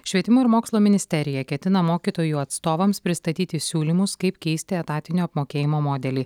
švietimo ir mokslo ministerija ketina mokytojų atstovams pristatyti siūlymus kaip keisti etatinio apmokėjimo modelį